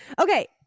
okay